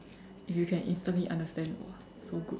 if you can instantly understand !wah! so good